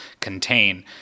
contain